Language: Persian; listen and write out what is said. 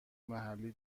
محلی